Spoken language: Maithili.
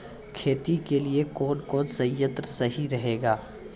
खेती के लिए कौन कौन संयंत्र सही रहेगा?